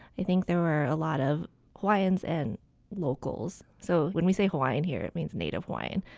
i think there were a lot of hawaiians and locals. so when we say hawaiian here, it means native hawaiian.